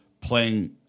playing